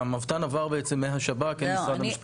המבת"ן עבר בעצם מהשב"כ אל משרד המשפטים.